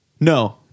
no